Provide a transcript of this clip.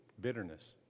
Bitterness